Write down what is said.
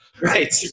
Right